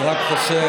אני רק חושב,